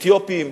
אתיופים,